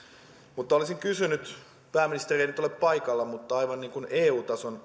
mutta olisin kysynyt vaikka pääministeri ei nyt ole paikalla aivan eu tason